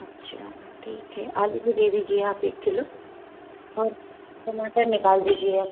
अच्छा ठीक है आलू तो दे दीजिए आप एक किलो और टमाटर निकाल दीजिए